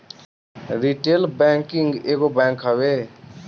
retail banking एगो bank हवे